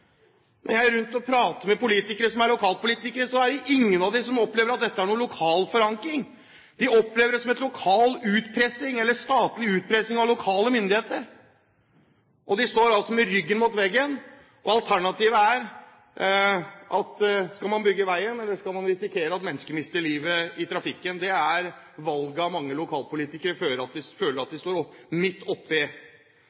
Når jeg er rundt og prater med lokalpolitikere, er det ingen av dem som opplever at dette har noen lokal forankring. De opplever det som statlig utpressing av lokale myndigheter. De står altså med ryggen mot veggen, og alternativet er enten å bygge veien eller å risikere at mennesker mister livet i trafikken. Det er valgene mange lokalpolitikere føler at de